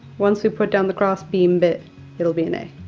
once we put down the cross beam, but it'll be an a.